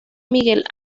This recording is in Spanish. miguel